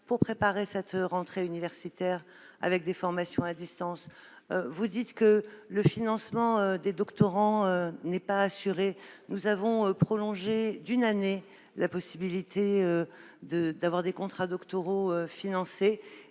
pour préparer cette rentrée universitaire, avec des formations à distance. Le financement des doctorants ne serait pas assuré : nous avons prolongé d'une année la possibilité de disposer de contrats doctoraux financés